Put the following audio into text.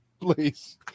please